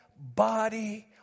body